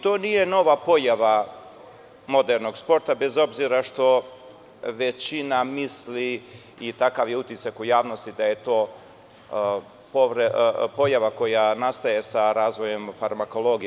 To nije nova pojava modernog sporta, bez obzira što većina misli i takav je utisak u javnostida je to pojava koja nastaje sa razvojem farmakologije.